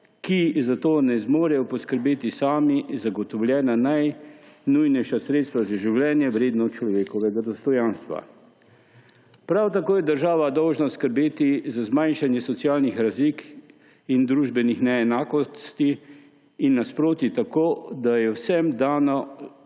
ki za to ne zmorejo poskrbeti sami, zagotovljena najnujnejša sredstva za življenje, vredno človekovega dostojanstva. Prav tako je država dolžna skrbeti za zmanjšanje socialnih razlik in družbenih neenakosti ter nasprotij, tako da je vsem dano